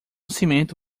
cimento